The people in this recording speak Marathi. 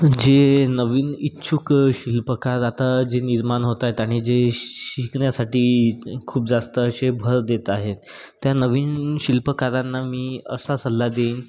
जे नवीन इच्छुक शिल्पकार आता जे निर्माण होत आहेत आणि जे शिकण्यासाठी खूप जास्त असे भर देत आहेत त्या नवीन शिल्पकारांना मी असा सल्ला देईन